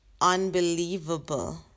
unbelievable